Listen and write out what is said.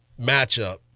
matchup